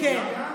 כן.